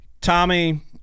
tommy